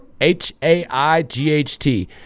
h-a-i-g-h-t